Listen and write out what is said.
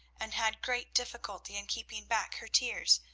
and had great difficulty in keeping back her tears,